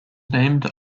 named